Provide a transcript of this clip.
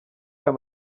ayo